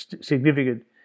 significant